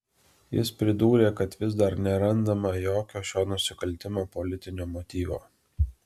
jis pridūrė kad vis dar nerandama jokio šio nusikaltimo politinio motyvo